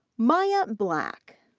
maya black,